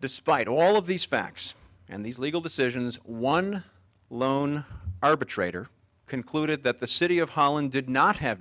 despite all of these facts and these legal decisions one lone arbitrator concluded that the city of holland did not have